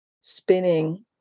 spinning